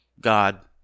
God